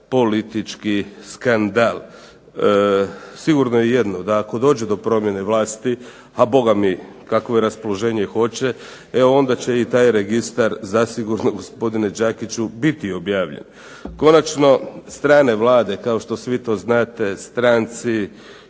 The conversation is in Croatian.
politički skandal. Sigurno je jedno, da ako do promjene vlasti, a bogami kakvo je raspoloženje hoće, e onda će i taj registar zasigurno gospodine Đakiću biti objavljen. Konačno, strane vlade kao što svi to znate, stranci